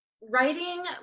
Writing